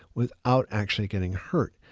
without actually getting hurt.